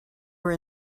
were